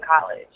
college